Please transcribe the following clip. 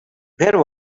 where